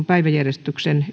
päiväjärjestyksen